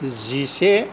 जिसे